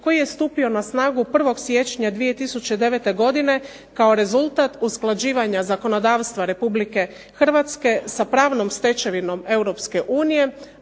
koji je stupio na snagu 1. siječnja 2009. godine kao rezultat usklađivanja zakonodavstva Republike Hrvatske sa pravnom stečevinom